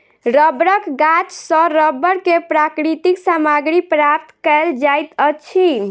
रबड़क गाछ सॅ रबड़ के प्राकृतिक सामग्री प्राप्त कयल जाइत अछि